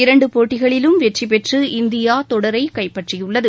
இரண்டு போட்டிகளிலும் வெற்றி பெற்று இந்தியா தொடரை கைப்பற்றியுள்ளது